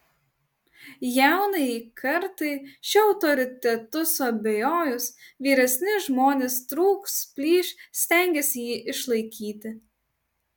jaunajai kartai šiuo autoritetu suabejojus vyresni žmonės trūks plyš stengiasi jį išlaikyti